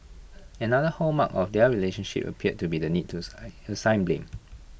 another hallmark of their relationship appeared to be the need to assign blame